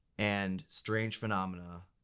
and strange phenomena,